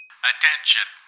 Attention